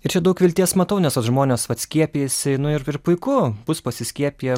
ir čia daug vilties matau nes vat žmonės vat skiepijasi nu ir puiku bus pasiskiepiję